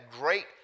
great